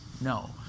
No